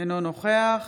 אינו נוכח